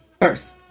first